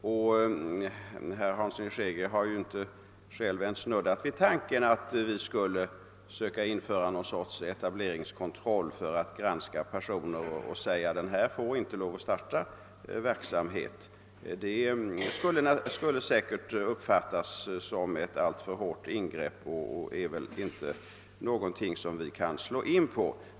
Och herr Hansson har ju för sin del inte ens snuddat vid tanken att vi skulle söka införa något slags etableringskontroll för att granska personer och säga att den och den får inte lov att starta verksamhet. Att göra på det sättet skulle säkerligen uppfattas som ett alltför hårt in grepp, och det är väl inte någon väg som vi kan slå in på.